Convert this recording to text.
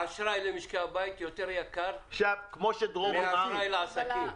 האשראי למשקי הבית יותר יקר מאשר לעסקים.